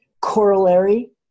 corollary